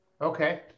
Okay